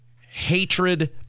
hatred